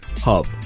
hub